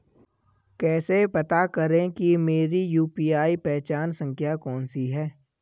कैसे पता करें कि मेरी यू.पी.आई पहचान संख्या कौनसी है?